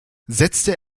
setzte